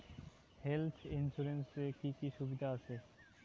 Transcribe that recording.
Health insurance এ কি কি সুবিধা আছে?